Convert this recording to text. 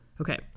Okay